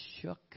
shook